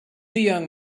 young